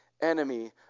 Enemy